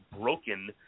broken